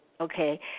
Okay